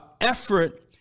effort